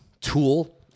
tool